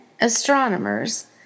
astronomers